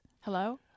Hello